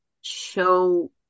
show